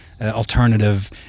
alternative